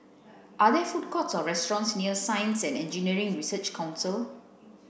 are there food courts or restaurants near Science and Engineering Research Council